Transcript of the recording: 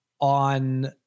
on